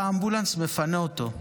בא אמבולנס ומפנה אותו,